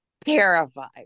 terrified